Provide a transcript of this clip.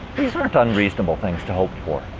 these aren't unreasonable things to hope for.